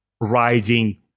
riding